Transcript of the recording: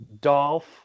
Dolph